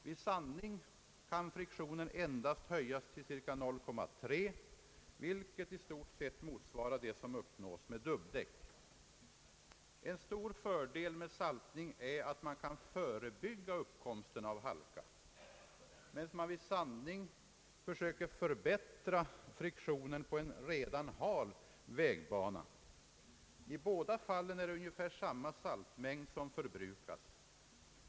Vid sandning kan friktionen endast höjas till cirka 0,3 vilket i stort sett motsvarar det som uppnås med dubbdäck. En stor fördel med saltning är att man kan förebygga uppkomsten av halka, medan man vid sandning försöker förbättra friktionen på en redan hal vägbana. I båda fallen är det ungefär samma saltmängd som förbrukas.